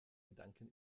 gedanken